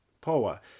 poa